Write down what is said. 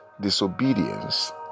disobedience